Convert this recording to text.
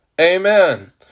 Amen